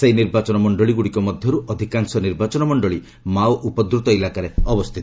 ସେହି ନିର୍ବାଚନ ମଣ୍ଡଳୀଗୁଡ଼ିକ ମଧ୍ୟରୁ ଅଧିକାଂଶ ନିର୍ବାଚନ ମଣ୍ଡଳୀ ମାଓ ଉପଦ୍ରତ ଇଲାକାରେ ଅବସ୍ଥିତ